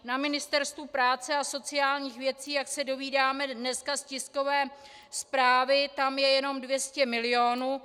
Na Ministerstvu práce a sociálních věcí, jak se dozvídáme dneska z tiskové zprávy, tam je jenom 200 milionů.